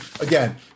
again